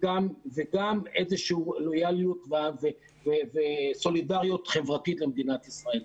וגם איזשהו לויאליות וסולידריות חברתית למדינת ישראל.